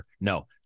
No